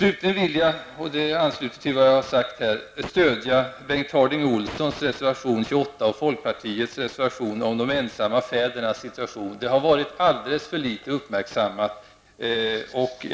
Jag vill slutligen i anslutning till det jag här sagt, stödja folkpartiledamöterna Ulla Orrings och Bengt Harding Olsons reservation nr 28 om de ensamma fädernas situation. Det problemet har uppmärksammats alldeles för litet.